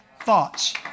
thoughts